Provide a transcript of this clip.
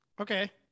Okay